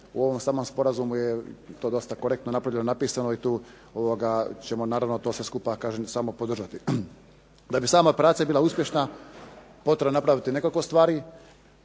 u ovom samom Sporazumu je to jasno i korektno napravljeno i tu ćemo to sve skupa kažem samo podržati. Da bi sama operacija bila uspješna potrebno je napraviti nekoliko stvari,